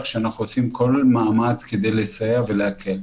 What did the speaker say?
שאנחנו עושים כל מאמץ כדי לסייע ולהקל.